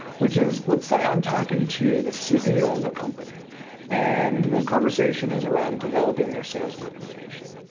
which is, let's say i'm talking to the ceo of a company and the conversation is around developing their sales organization.